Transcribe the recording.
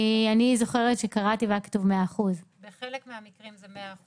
כי אני זוכרת שקראתי והיה כתוב 100%. בחלק מהמקרים זה 100%,